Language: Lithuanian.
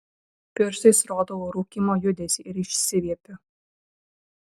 pirštais rodau rūkymo judesį ir išsiviepiu